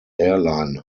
airline